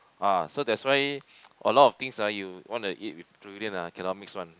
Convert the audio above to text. ah so that's why a lot of things ah you want to eat with durian ah cannot mix one